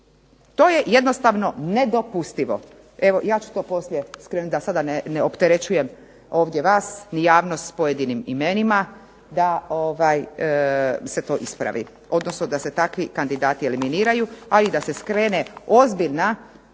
To je jednostavno nedopustivo. Evo ja ću to poslije skrenuti da sada ne opterećujem ovdje vas ni javnost s pojedinim imenima, da se to ispravi, odnosno da se takvi kandidati eliminiraju, a i da se skrene ozbiljno